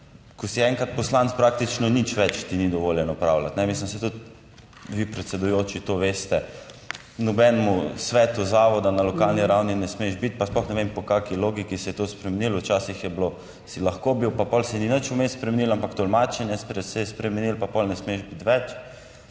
ko si enkrat poslanec, praktično nič več ti ni dovoljeno opravljati. Mislim, saj tudi vi, predsedujoči, to veste. V nobenem svetu zavoda na lokalni ravni ne smeš biti, pa sploh ne vem, po kakšni logiki se je to spremenilo. Včasih je bilo, si lahko bil, pa potem se ni nič vmes spremenilo, ampak tolmačenje se je spremenilo, pa potem ne smeš biti več.